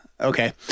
Okay